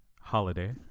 Holiday